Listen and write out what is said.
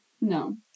no